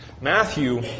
Matthew